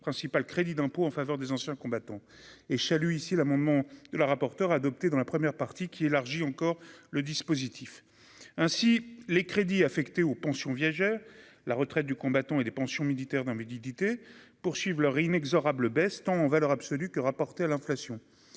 principal crédit d'impôt en faveur des anciens combattants et lu ici l'amendement de la rapporteure adopté dans la première partie qui élargit encore le dispositif ainsi les crédits affectés au pension viagère la retraite du combattant et des pensions militaires dans mes Didite poursuivent leur inexorable baisse tant en valeur absolue que rapporté à l'inflation,